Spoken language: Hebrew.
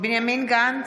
בנימין גנץ,